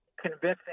convincing